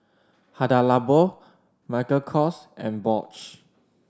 Hada Labo Michael Kors and Bosch